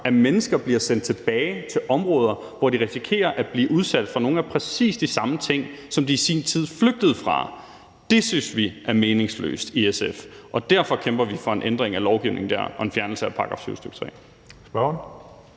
at mennesker bliver sendt tilbage til områder, hvor de risikerer at blive udsat for præcis nogle af de samme ting, som de i sin tid flygtede fra. Det synes vi i SF er meningsløst, og derfor kæmper vi for en ændring af lovgivningen dér og en fjernelse af § 7, stk. 3.